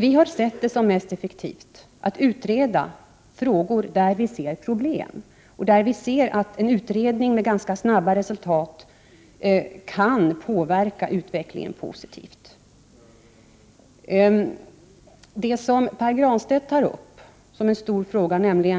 Vi har sett det som mest effektivt att utreda frågor där vi ser problem och där vi ser att en utredning med ganska snabba resultat kan påverka utvecklingen positivt. Pär Granstedt tog upp frågan